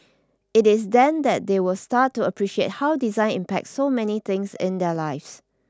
it is then that they will start to appreciate how design impacts so many things in their lives